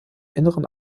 inneren